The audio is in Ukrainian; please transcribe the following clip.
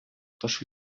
тож